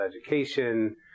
education